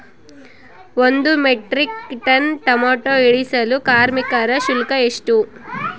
ಒಂದು metric ton tomato ಇಳಿಸಲು ಕಾರ್ಮಿಕರ ಶುಲ್ಕ ಎಷ್ಟು?